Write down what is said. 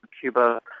Cuba